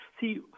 see